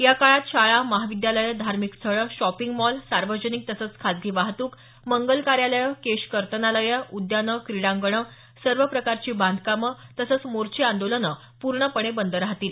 या काळात शाळा महाविद्यालयं धार्मिक स्थळं शॉपिंग मॉल सार्वजनिक तसंच खासगी वाहतुक मंगल कार्यालयं केश कर्तनालयं उद्यानं क्रीडांगणं सर्व प्रकारची बांधकामं तसंच मोर्चे आंदोलनं पूर्णपणे बंद राहतील